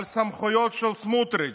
על הסמכויות של סמוטריץ'.